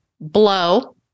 blow